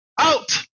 Out